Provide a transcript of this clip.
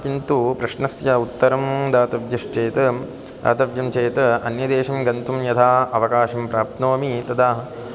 किन्तु प्रश्नस्य उत्तरं दातव्यञ्चेत् दातव्यं चेत् अन्यदेशं गन्तुं यदा अवकाशं प्राप्नोमि तदा